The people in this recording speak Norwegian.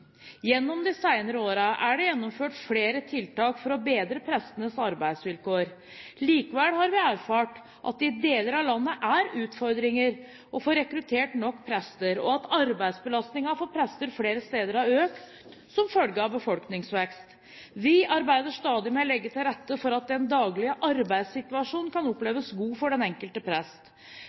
Gjennom de senere årene er det gjennomført flere tiltak for å bedre prestenes arbeidsvilkår. Likevel har vi erfart at det i deler av landet er utfordringer å få rekruttert nok prester, og at arbeidsbelastningen for prester flere steder har økt som følge av befolkningsvekst. Vi arbeider stadig med å legge til rette for at den daglige arbeidssituasjonen kan oppleves god for den enkelte prest.